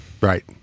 right